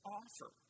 offer